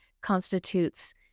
constitutes